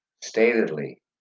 Statedly